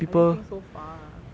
I didn't think so far